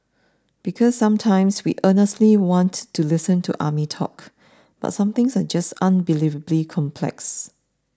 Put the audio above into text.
because sometimes we earnestly want to listen to army talk but some things are just unbelievably complex